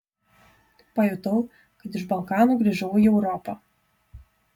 pajutau kad iš balkanų grįžau į europą